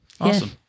Awesome